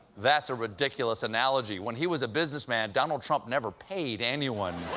that's a ridiculous analogy. when he was a businessman, donald trump never paid anyone.